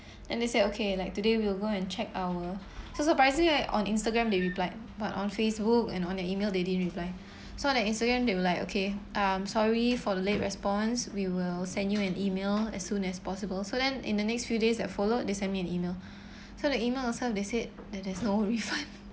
and they said okay like today we'll go and check our so surprisingly right on Instagram they replied but on Facebook and on the email they didn't reply so like Instagram they will like okay um sorry for the late response we will send you an email as soon as possible so then in the next few days that followed they sent me an email so the email also they they said that there's no refund